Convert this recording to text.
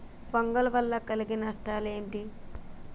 Fungal వల్ల కలిగే నష్టలేంటి?